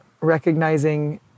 recognizing